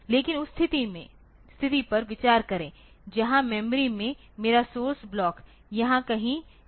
लेकिन उस स्थिति पर विचार करें जहां मेमोरी में मेरा सोर्स ब्लॉक यहां कहीं कहा गया है